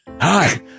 Hi